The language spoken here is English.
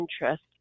interest